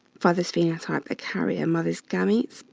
father's phenotype, the carrier. mother's gametes,